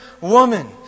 woman